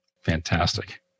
Fantastic